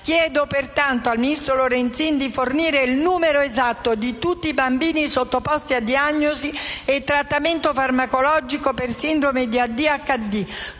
Chiedo, pertanto, al ministro Lorenzin di fornire il numero esatto di tutti i bambini sottoposti a diagnosi e trattamento farmacologico per sindrome di ADHD,